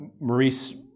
Maurice